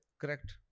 Correct